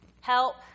help